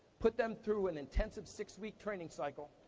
put them through an intensive six-week training cycle,